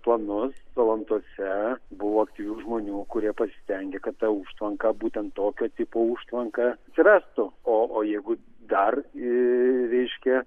planus salantuose buvo aktyvių žmonių kurie pasistengė kad ta užtvanka būtent tokio tipo užtvanka atsirastų o o jeigu dar i reiškia